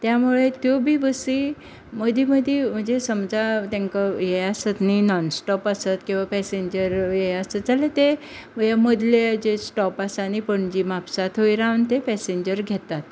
त्यामुळे त्यो बी बसी मदी मदी म्हणजे समजा तेंका हें आसत न्ही नॉनस्टॉप आसत किंवा पॅसेंजर आसत जाल्यार ते मदले जे स्टॉप आसात न्ही पणजी म्हापसा थंय रावून ते पॅसेंजर घेतात